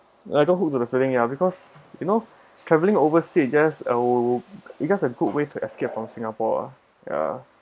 ya I got hook to the feeling ya because you know travelling oversea it just oh because it's a good way to escape from singapore lah ya